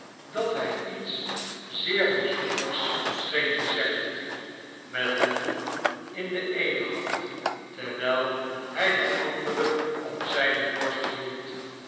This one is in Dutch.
dat hij iets zeer bijzonders scheen te zeggen met het boek in de eene hand terwijl hij de andere op zijne borst hield